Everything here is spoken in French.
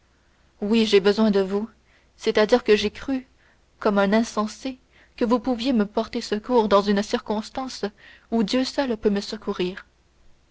oui j'ai besoin de vous c'est-à-dire que j'ai cru comme un insensé que vous pouviez me porter secours dans une circonstance où dieu seul peut me secourir